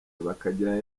bakagirana